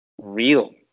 Real